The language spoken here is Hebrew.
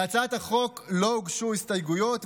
להצעת החוק לא הוגשו הסתייגויות,